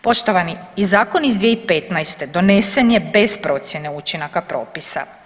Poštovani, i zakon iz 2015. donesen je bez procjene učinaka propisa.